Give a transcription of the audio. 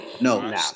No